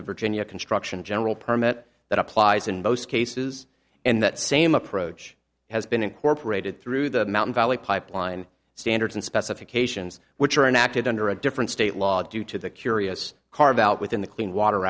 the virginia construction general permit that applies in most cases and that same approach has been incorporated through the mountain valley pipeline standards and specifications which are an acted under a different state law due to the curious carve out within the clean water